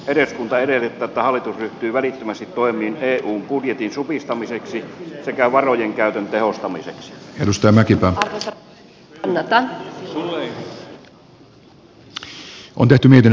edes kunta edellyttää hallitus ryhtyy välittömästi toimiin ei budjetin supistamiseksi ja varojen käytön tehostamiseksi hylystä mäkipää r t a pyydän tekemään muutosehdotukset